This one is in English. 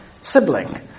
sibling